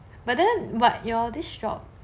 but then what your this job